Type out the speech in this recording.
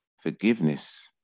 forgiveness